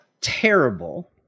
terrible